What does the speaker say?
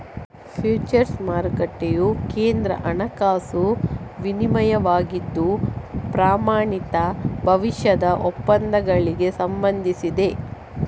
futures ಮಾರುಕಟ್ಟೆಯು ಕೇಂದ್ರ ಹಣಕಾಸು ವಿನಿಮಯವಾಗಿದ್ದು, ಪ್ರಮಾಣಿತ ಭವಿಷ್ಯದ ಒಪ್ಪಂದಗಳಿಗೆ ಸಂಬಂಧಿಸಿದೆ